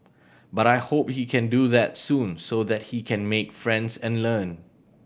but I hope he can do that soon so that he can make friends and learn